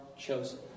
chosen